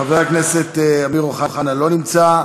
חבר הכנסת אמיר אוחנה, לא נמצא.